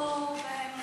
נו, באמת.